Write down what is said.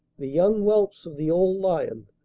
the young whelps of the old lion,